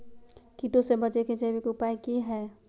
कीटों से बचे के जैविक उपाय की हैय?